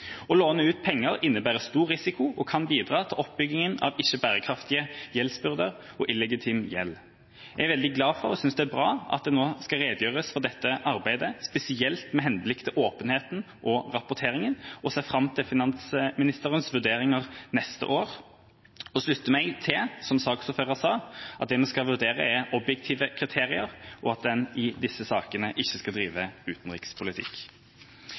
Å låne ut penger innebærer stor risiko og kan bidra til oppbyggingen av ikke-bærekraftige gjeldsbyrder og illegitim gjeld. Jeg er veldig glad for og synes det er bra at det nå skal redegjøres for dette arbeidet, spesielt med henblikk på åpenheten og rapporteringen. Jeg ser fram til finansministerens vurderinger neste år og slutter meg til, som saksordføreren sa, at det vi skal vurdere, er objektive kriterier, og at en i disse sakene ikke skal drive utenrikspolitikk.